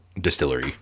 distillery